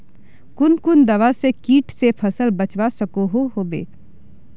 कुन कुन दवा से किट से फसल बचवा सकोहो होबे?